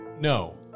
No